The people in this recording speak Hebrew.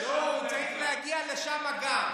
לא, הוא צריך להגיע לשם גם.